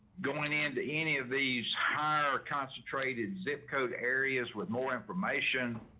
going into any of these higher concentrated zip code areas with more information,